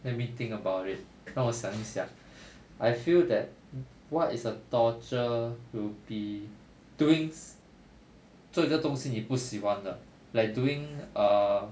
let me think about it 让我想一想 I feel that what is a torture to be doing 做一个东西你不喜欢的 like doing err